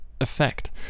effect